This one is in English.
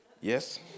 Yes